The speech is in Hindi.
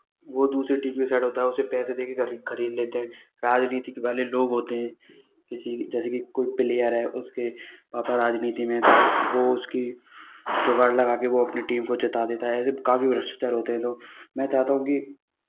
वो दूसरी टीम की साइड होता है उसे पैसे देके खरीद लेते हैं राजनीति के वाले लोग होते हैं किसी जैसे कि कोई प्लेयर है उसके पापा राजनीति में हैं तो वो उसकी जुगाड़ लगा के वो अपनी टीम को जिता देता है ऐसे काफ़ी भ्रष्टाचार होते हैं तो मैं चाहता हूँ कि